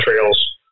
trails